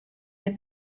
the